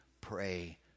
pray